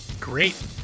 Great